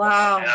Wow